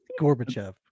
Gorbachev